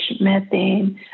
methane